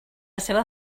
seva